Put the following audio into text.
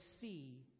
see